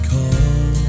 Call